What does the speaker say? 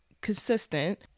consistent